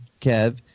Kev